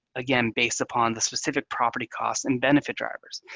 again, based upon the specific property costs and benefit drivers.